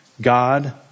God